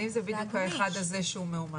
ואם זה בדיוק האחד המאומת?